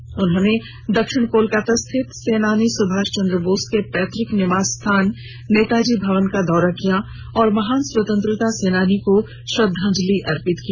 प्रधानमंत्री ने दक्षिण कोलकाता स्थित सेनानी सुभाष चन्द्र बोस के पैतुक निवास स्थान नेताजी भवन का दौरा किया और महान स्वतंत्रता सेनानी को श्रद्धांजलि अर्पित की